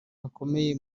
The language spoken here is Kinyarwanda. hakomeye